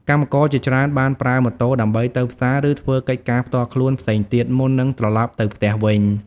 កម្មករជាច្រើនបានប្រើម៉ូតូដើម្បីទៅផ្សារ ឬធ្វើកិច្ចការផ្ទាល់ខ្លួនផ្សេងទៀតមុននឹងត្រឡប់ទៅផ្ទះវិញ។